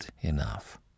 enough